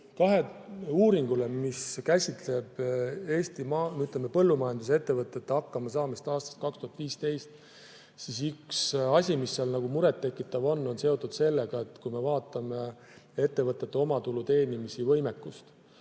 uuringule, mis käsitleb Eesti põllumajandusettevõtete hakkama saamist aastast 2015, siis üks asi, mis seal muret tekitab, on seotud sellega, et kui me vaatame ettevõtete omatulu teenimise võimekust,